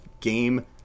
game